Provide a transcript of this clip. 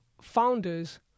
founders